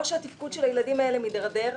או שהתפקוד של הילדים האלה מתדרדר,